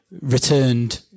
returned